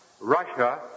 Russia